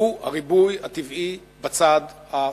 והוא הריבוי הטבעי בצד הפלסטיני.